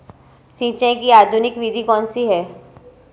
सिंचाई की आधुनिक विधि कौनसी हैं?